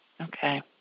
Okay